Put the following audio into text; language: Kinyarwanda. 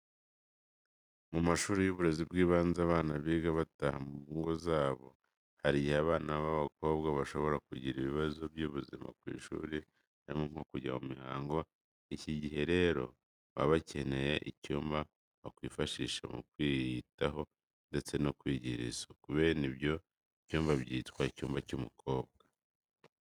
Mu mashuri y'uburezi bw'ibanze abana biga bataha mu ngo zabo. Hari igihe abana b'abakobwa bashobora kugirira ibibazo by'ubuzima ku ishuri harimo nko kujya mu mihango, iki gihe rero baba bakeneye icyumba bakwifashisha mu kwiyitaho ndetse no kwigirira isuku. Bene ibyo byumba byitwa: "Icyumba cy'umukobwa."